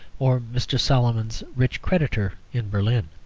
or mr. soloman's rich creditor in berlin.